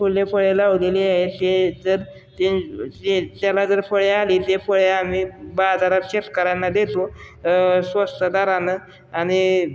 फुले फळे लावलेले आहेत ते जर ते त्याला जर फळे आली ते फळे आम्ही बाजारात शेतकऱ्यांना देतो स्वस्त दरानं आणि